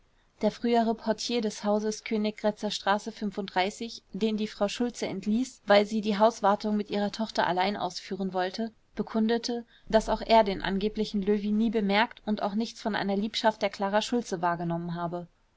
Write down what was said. der frühere portier des hauses königgrätzer straße den die frau schultze entließ weil sie die hauswartung mit ihrer tochter allein ausführen wollte bekundete daß auch er den angeblichen löwy nie bemerkt und auch nichts von einer liebschaft der klara schultze wahrgenommen habe